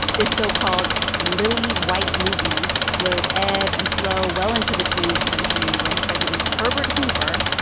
this so-called lily-white movement would ebb and flow well into the twentieth century, when president herbert hoover,